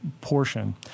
portion